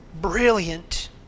brilliant